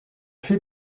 fait